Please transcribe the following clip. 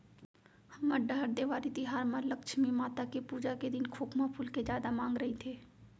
हमर डहर देवारी तिहार म लक्छमी माता के पूजा के दिन खोखमा फूल के जादा मांग रइथे